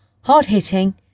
hard-hitting